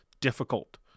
difficult